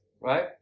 right